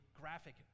graphic